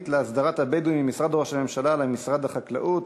להסדרת התיישבות הבדואים ממשרד ראש הממשלה למשרד החקלאות,